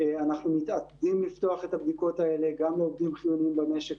אנחנו מתעדים לפתוח את הבדיקות האלה גם לעובדים חיוניים במשק.